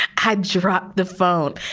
had she dropped the phone.